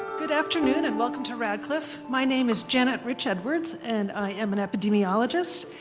good afternoon, and welcome to radcliffe. my name is janet rich-edwards, and i am an epidemiologist,